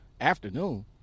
afternoon